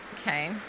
Okay